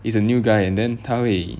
it's a new guy and then 他会